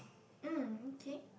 mm okay